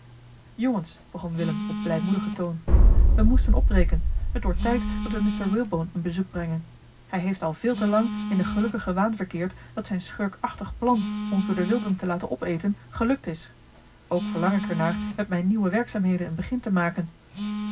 jongens begon willem op blijmoedigen toon we moesten opbreken het wordt tijd dat we mr walebone een bezoek brengen hij heeft al veel te lang in den gelukkigen waan verkeerd dat zijn schurkachtig plan ons door de wilden te laten opeten gelukt is ook verlang ik er naar met mijne nieuwe werkzaamheden een begin te maken